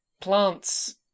plants